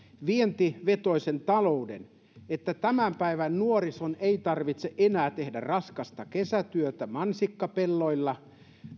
vientivetoisen talouden että tämän päivän nuorison ei tarvitse enää tehdä raskasta kesätyötä mansikkapelloilla